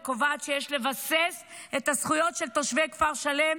וקובעת שיש לבסס את הזכויות של תושבי כפר שלם